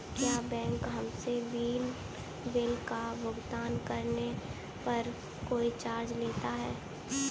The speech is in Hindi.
क्या बैंक हमसे बिल का भुगतान करने पर कोई चार्ज भी लेता है?